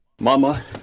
Mama